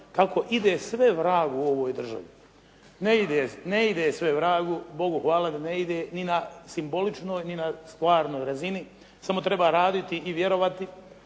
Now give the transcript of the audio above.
kako ide sve k vragu u ovoj državi. Ne ide sve vragu, Bogu hvala da ne ide, ni na simboličnoj ni na stvarnoj razini, samo treba raditi i vjerovati.